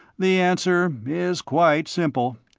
the answer is quite simple.